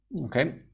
Okay